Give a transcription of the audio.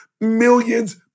millions